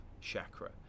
chakra